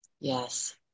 Yes